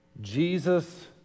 Jesus